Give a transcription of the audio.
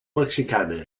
mexicana